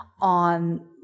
on